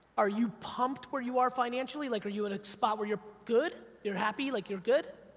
are you pumped where you are financially, like are you at a spot where you're good, you're happy, like, you're good?